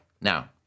Now